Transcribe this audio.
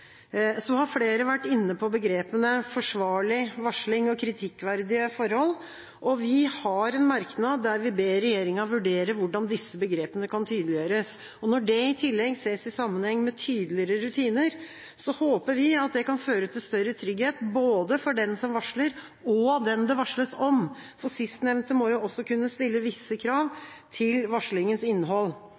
Så har flere vært inne på begrepene «forsvarlig varsling» og «kritikkverdige forhold». Vi har en merknad der vi ber regjeringa vurdere hvordan disse begrepene kan tydeliggjøres, og når det i tillegg ses i sammenheng med tydeligere rutiner, håper vi at det kan føre til større trygghet både for den som varsler, og den det varsles om. For sistnevnte må jo også kunne stille visse krav til varslingens innhold.